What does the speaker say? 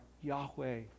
Yahweh